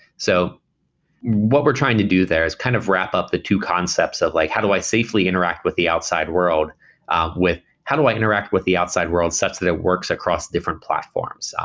so what we're trying to do there is kind of wrap up the two concepts of like how do i safely interact with the outside world with how do i interact with the outside world such that it works across different platforms?